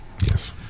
Yes